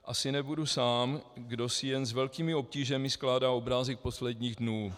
Asi nebudu sám, kdo si jen s velkými obtížemi skládá obrázek posledních dnů.